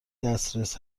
دسترس